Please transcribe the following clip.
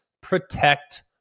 Protect